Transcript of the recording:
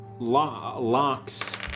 locks